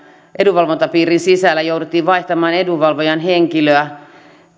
edunvalvontapiirin sisällä jouduttiin vaihtamaan edunvalvojan henkilöä